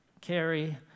carry